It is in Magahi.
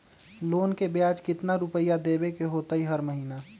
लोन के ब्याज कितना रुपैया देबे के होतइ हर महिना?